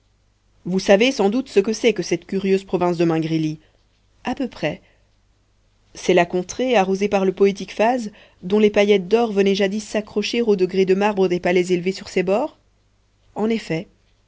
vous savez sans doute ce que c'est que cette curieuse province de mingrélie a peu près c'est la contrée arrosée par le poétique phase dont les paillettes d'or venaient jadis s'accrocher aux degrés de marbre des palais élevés sur ses bords en effet